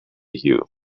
you